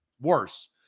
Worse